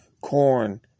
Corn